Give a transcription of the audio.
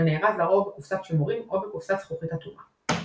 ונארז לרוב בקופסת שימורים או בקופסת זכוכית אטומה.